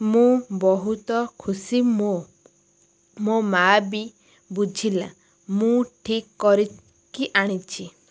ମୁଁ ବହୁତ ଖୁସି ମୋ ମୋ ମାଆ ବି ବୁଝିଲା ମୁଁ ଠିକ୍ କରିକି ଆଣିଛି